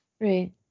Right